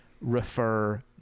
refer